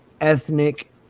ethnic